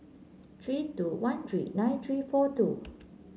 three two one three nine three four two